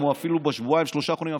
או אפילו בשבועיים-שלושה האחרונים,